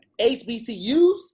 HBCUs